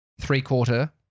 three-quarter